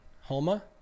Homa